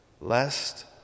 lest